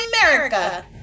America